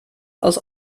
aus